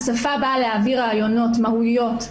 השפה באה להעביר רעיונות ומהויות,